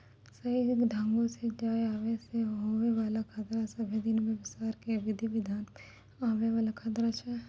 सही ढंगो से जाय आवै मे होय बाला खतरा सभ्भे दिनो के व्यवसाय के विधि विधान मे आवै वाला खतरा छै